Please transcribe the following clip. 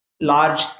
large